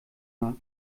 mag